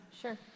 sure